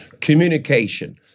Communication